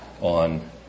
on